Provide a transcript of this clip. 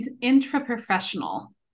intra-professional